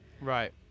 right